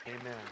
Amen